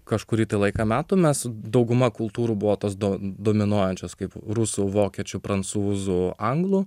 kažkurį laiką metų mes dauguma kultūrų buvo tos dominuojančios kaip rusų vokiečių prancūzų anglų